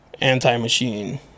anti-machine